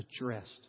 addressed